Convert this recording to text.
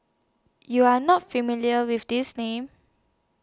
YOU Are not familiar with These Names